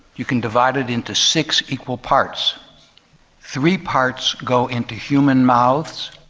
you can divide it into six equal parts three parts go into human mouths,